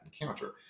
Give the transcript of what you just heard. encounter